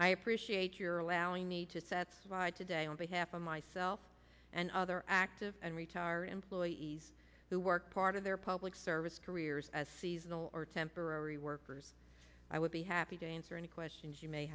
i appreciate your allowing me to set today on behalf of myself and other active and retired employees who work part of their public service careers as seasonal or temporary workers i would be happy to answer any questions you may